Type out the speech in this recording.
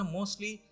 Mostly